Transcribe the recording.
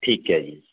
ਠੀਕ ਹੈ ਜੀ